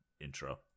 intro